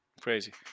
crazy